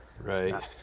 right